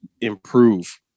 improve